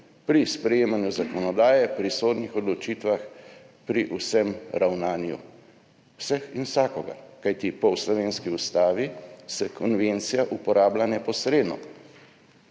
Pri sprejemanju zakonodaje, pri sodnih odločitvah, pri ravnanju vseh in vsakogar, kajti po slovenski ustavi se konvencija uporablja neposredno